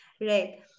right